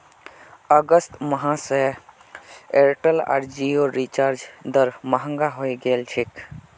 अगस्त माह स एयरटेल आर जिओर रिचार्ज दर महंगा हइ गेल छेक